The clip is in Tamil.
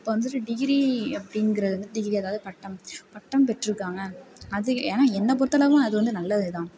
இப்ப வந்துட்டு டிகிரி அப்படிங்கிறது வந்துட்டு டிகிரி அதாவது பட்டம் பட்டம் பெற்றுக்காங்க அது ஆனால் என்ன பொருத்த அளவு அது வந்து நல்லது தான்